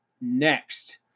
next